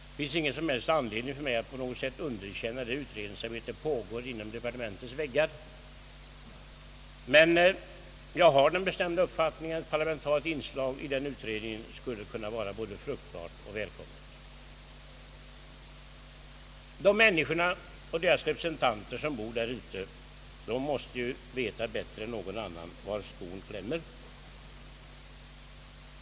Det finns ingen som helst anledning för mig att på något sätt underkänna det utredningsarbete som pågår inom departementets väggar, men jag har den bestämda uppfattningen att ett parlamentariskt inslag i en sådan utredning skulle kunna vara både fruktbart och välkommet. Människorna som bor där ute i glesbygderna och deras representanter måste ju bättre än någon annan veta var skon klämmer.